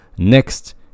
Next